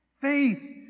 faith